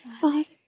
Father